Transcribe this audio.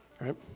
right